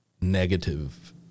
negative